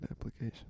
application